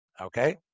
Okay